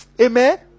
Amen